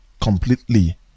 completely